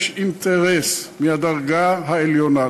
יש אינטרס מהדרגה העליונה,